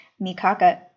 Mikaka